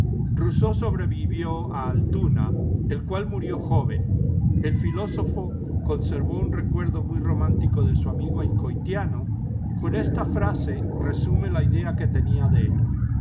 rousseau sobrevivió a altuna el cual murió joven el filósofo conservó un recuerdo mu romántico de su amigo el azcoitiano con esta frase resum e la idea que tenía de él